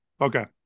Okay